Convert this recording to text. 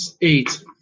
eight